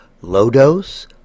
low-dose